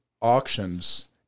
auctions